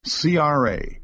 CRA